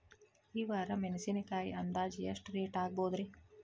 ಈ ವಾರ ಮೆಣಸಿನಕಾಯಿ ಅಂದಾಜ್ ಎಷ್ಟ ರೇಟ್ ಆಗಬಹುದ್ರೇ?